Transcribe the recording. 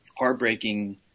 heartbreaking